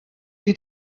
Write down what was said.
die